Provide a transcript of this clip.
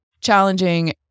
challenging